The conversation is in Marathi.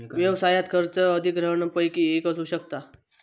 व्यवसायात खर्च अधिग्रहणपैकी एक असू शकता